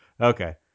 okay